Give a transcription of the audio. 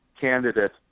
candidate